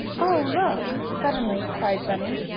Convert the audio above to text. oh, look! suddenly cried bunny.